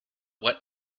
what